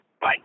Bye